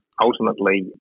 ultimately